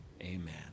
amen